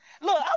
Look